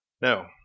No